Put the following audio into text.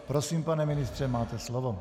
Prosím, pane ministře, máte slovo.